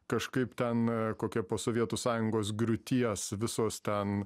kažkaip ten kokia po sovietų sąjungos griūties visos ten